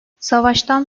savaştan